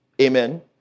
amen